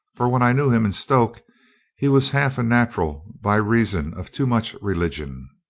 for when i knew him in stoke he was half a natural by reason of too much religion.